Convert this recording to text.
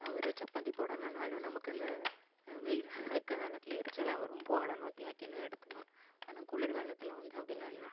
ஒரு சப்பாத்தி போடணும்னாலும் நமக்கு இந்த வெயில் வெக்கை காலத்தில் எரிச்சலாக வரும் போடணும் தேய்க்கணும் எடுக்கணும் ஆனால் குளுர்காலத்தில் வந்து அப்படிலாம் இல்லை